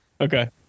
Okay